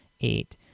eight